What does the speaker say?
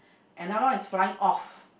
another one is flying off